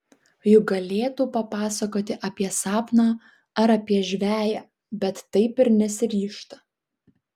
juk galėtų papasakoti apie sapną ar apie žveję bet taip ir nesiryžta